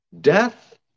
death